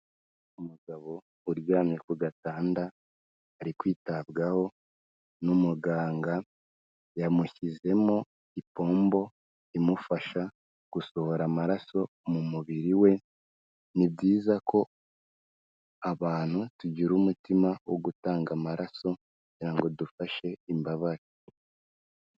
Umugabo uryamye ku gatanda ari kwitabwaho n'umuganga yamushyizemo ipombo imufasha gusohora amaraso mu mubiri we, ni byiza ko abantu tugira umutima wo gutanga amaraso kugira ngo dufashe imbabare.